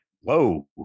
whoa